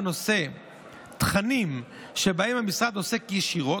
בנושא תכנים שבהם המשרד עוסק ישירות,